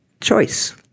Choice